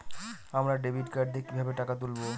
আমরা debit card দিয়ে কিভাবে টাকা তুলবো?